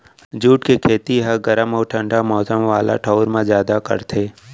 jute के खेती ह गरम अउ ठंडा मौसम वाला ठऊर म जादा करथे